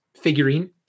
figurine